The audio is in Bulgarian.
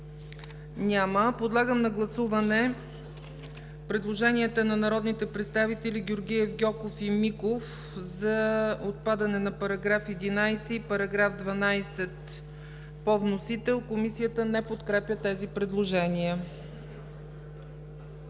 Подлагам на гласуване предложенията на народните представители Георгиев, Гьоков и Миков за отпадане на § 33 по вносител и § 37 по вносител. Комисията не подкрепя тези предложения.